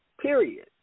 period